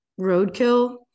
roadkill